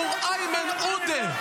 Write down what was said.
עבור איימן עודה.